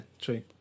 true